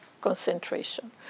concentration